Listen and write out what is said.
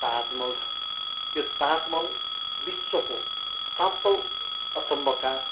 ताजमहल छ त्यो ताजमहल विश्वको सातौँ अचम्भका